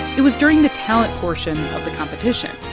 it was during the talent portion of the competition.